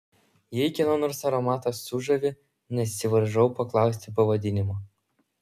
jei kieno nors aromatas sužavi nesivaržau paklausti pavadinimo